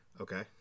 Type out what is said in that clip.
Okay